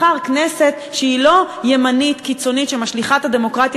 בחר כנסת שהיא לא ימנית קיצונית שמשליכה את הדמוקרטיה